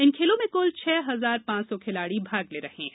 इन खेलों में कुल छह हजार पांच सौ खिलाड़ी भाग ले रहे हैं